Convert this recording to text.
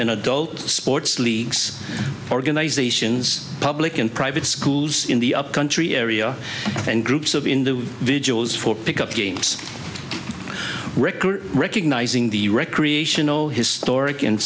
in adult sports leagues organizations public and private schools in the upcountry area and groups of in the vigils for pickup games record recognizing the recreational historic